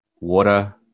water